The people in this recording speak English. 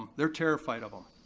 they're terrified of him.